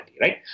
right